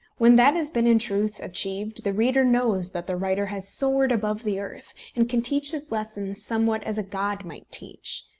when that has been in truth achieved, the reader knows that the writer has soared above the earth, and can teach his lessons somewhat as a god might teach.